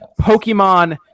Pokemon